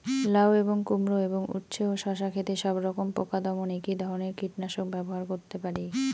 লাউ এবং কুমড়ো এবং উচ্ছে ও শসা ক্ষেতে সবরকম পোকা দমনে কী ধরনের কীটনাশক ব্যবহার করতে পারি?